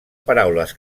paraules